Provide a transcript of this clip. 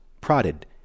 prodded